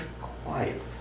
quiet